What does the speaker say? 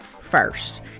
First